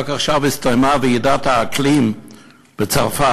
רק עכשיו הסתיימה ועידת האקלים בצרפת,